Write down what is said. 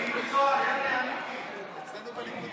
אצלנו בליכוד,